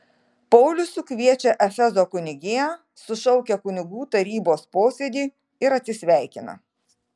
paulius sukviečia efezo kunigiją sušaukia kunigų tarybos posėdį ir atsisveikina